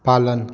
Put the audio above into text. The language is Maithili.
पालन